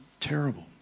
Terrible